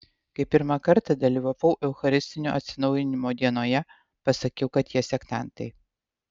kai pirmą kartą dalyvavau eucharistinio atsinaujinimo dienoje pasakiau kad jie sektantai